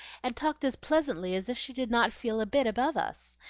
and talked as pleasantly as if she did not feel a bit above us.